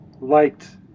liked